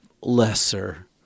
lesser